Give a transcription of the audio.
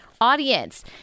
audience